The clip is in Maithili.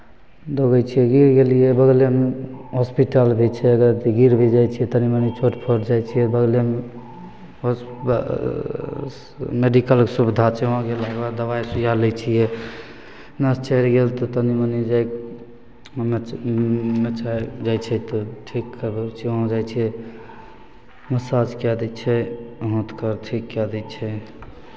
दौड़ै छियै गिर गेलियै बगलेमे हॉस्पिटल भी छै जे अगर गिर भी जाइ छियै तऽ तनि मनि चोट फोट जाइ छियै बगलेमे हॉस् मेडीकलके सुविधा छै वहाँ गयलाके बाद दबाइ सुइया लैत छियै नस चढ़ि गेल तऽ तनि मनि जाय कऽ ओहिमे ओहिमे छै जाइ छियै तऽ ठीक करबै छियै वहाँ जाइ छियै मसाज कए दै छियै हाथके अथि कए दै छै